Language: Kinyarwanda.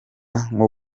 nko